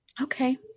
Okay